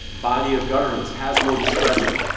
body of governments has more discretion.